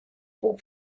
puc